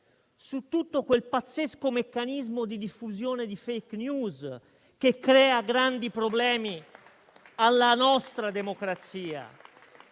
su tutto quel pazzesco meccanismo di diffusione di *fake news* che crea grandi problemi alla nostra democrazia.